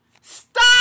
Stop